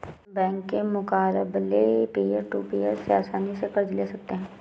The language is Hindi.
बैंक के मुकाबले पियर टू पियर से आसनी से कर्ज ले सकते है